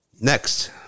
Next